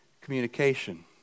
communication